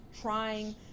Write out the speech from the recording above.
trying